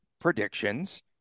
predictions